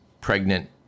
pregnant